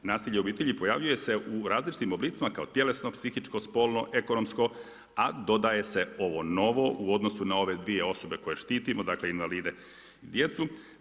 Nasilje u obitelji pojavljuje se u različitim oblicima kao tjelesno, psihičko, spolno ekonomsko a dodaje se ovo novo u odnosu na ove dvije osobe koje štitimo, dakle, invalide i djecu.